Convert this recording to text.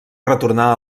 retornar